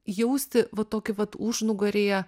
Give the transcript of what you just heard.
jausti va tokį vat užnugaryje